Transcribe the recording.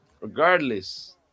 regardless